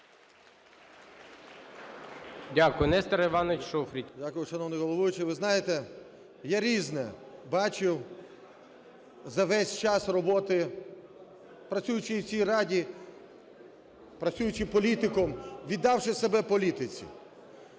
Дякую. Нестор Іванович Шуфрич. 13:03:41 ШУФРИЧ Н.І. Дякую, шановний головуючий. Ви знаєте, я різне бачив за весь час роботи, працюючи в цій Раді, працюючи політиком, віддавши себе політиці.